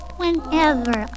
Whenever